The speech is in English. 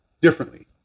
differently